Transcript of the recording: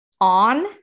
on